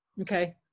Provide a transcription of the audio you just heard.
Okay